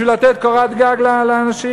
בשביל לתת קורת גג לאנשים.